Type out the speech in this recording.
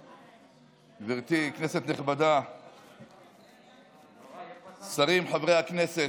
גברתי, כנסת נכבדה, שרים, חברי הכנסת,